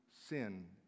sin